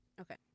Okay